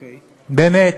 באמת,